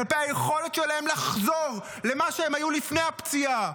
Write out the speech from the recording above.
כלפי היכולת שלהם לחזור למה שהם היו לפני הפציעה,